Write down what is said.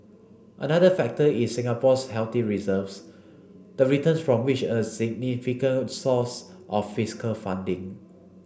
another factor is Singapore's healthy reserves the returns from which a significant source of fiscal funding